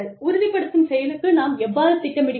உறுதிப்படுத்தும் செயலுக்கு நாம் எவ்வாறு திட்டமிடுகிறோம்